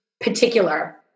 particular